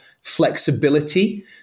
flexibility